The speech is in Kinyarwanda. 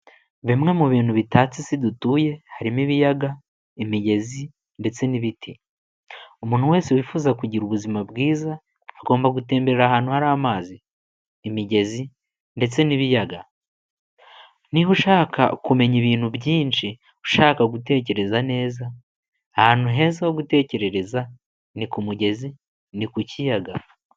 Bimwe mu bintu bitatse isi dutuye harimo ibiyaga, imigezi ndetse n'ibiti. Umuntu wese wifuza kugira ubuzima bwiza agomba gutemberera ahantu hari amazi, imigezi ndetse n'ibiyaga. Niba ushaka kumenya ibintu byinshi, ushaka gutekereza neza ahantu heza ho gutekerereza ni ku mugezi, ni ku kiyaga.